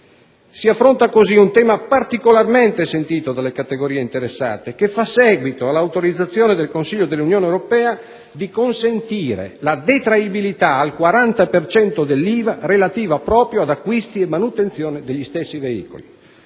Si affronta così un tema particolarmente sentito dalle categorie interessate, che fa seguito all'autorizzazione del Consiglio dell'Unione Europea di consentire la detraibilità al 40 per cento dell'IVA relativa proprio ad acquisti e manutenzione degli stessi veicoli.